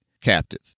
captive